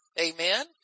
Amen